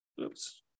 Oops